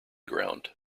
ground